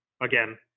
again